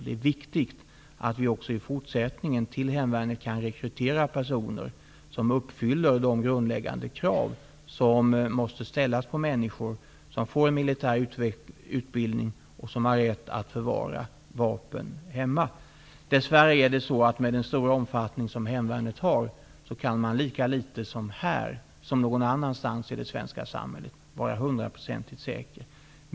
Det är viktigt att vi också i fortsättningen till hemvärnet kan rekrytera personer som uppfyller de grundläggande krav som måste ställas på människor som får en militär utbildning och som har rätt att förvara vapen hemma. Dess värre kan man lika litet här -- med den stora omfattning som hemvärnet har -- som någon annanstans i det svenska samhället vara hundraprocentigt säker.